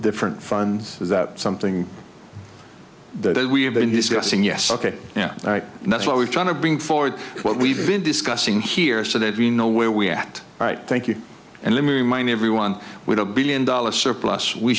different funds is that something that we have been discussing yes ok yeah right that's what we're trying to bring forward what we've been discussing here so that we know where we're at right thank you and let me remind everyone with a billion dollar surplus we